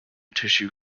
tissue